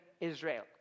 Israel